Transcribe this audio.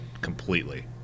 completely